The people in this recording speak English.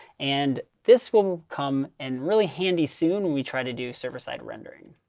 and this will come in really handy soon when we try to do server side rendering.